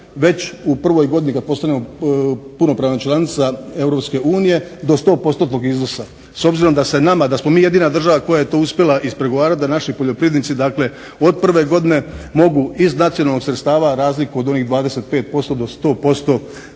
već u prvoj godini kad postanemo punopravna članica Europske unije do sto postotnog iznosa. S obzirom da se nama, da smo mi jedina država koja je to uspjela ispregovarati da naši poljoprivrednici, dakle od prve godine mogu iz nacionalnog sredstava razliku od onih 25% do 100%